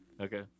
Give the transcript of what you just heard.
Okay